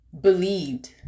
believed